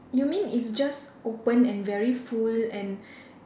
you mean it's just open and very full and